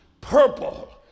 purple